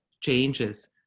changes